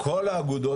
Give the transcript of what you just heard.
כל האגודות,